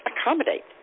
accommodate